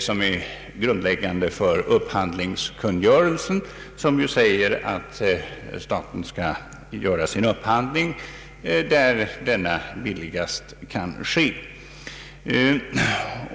som är grundläggande för upphandlingskungörelsen, vilken säger att staten skall göra sin upphandling där denna billigast kan ske.